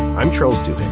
i'm troll's to